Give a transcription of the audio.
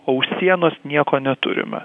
o už sienos nieko neturime